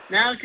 Now